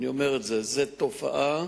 זו תופעה